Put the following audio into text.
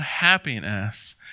happiness